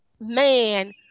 man